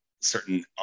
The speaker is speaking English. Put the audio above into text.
certain